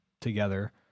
together